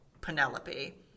Penelope